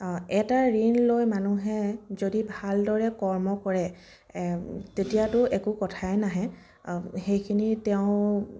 এটা ঋণ লৈ মানুহে যদি ভালদৰে কৰ্ম কৰে তেতিয়াতো একো কথাই নাহে সেইখিনি তেওঁ